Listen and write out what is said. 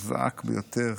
חזק ביותר.